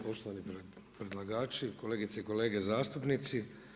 Poštovani predlagači, kolegice i kolege zastupnici.